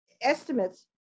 estimates